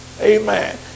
Amen